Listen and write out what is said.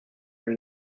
her